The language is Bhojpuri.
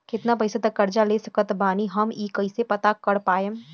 केतना पैसा तक कर्जा ले सकत बानी हम ई कइसे पता कर पाएम?